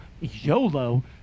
YOLO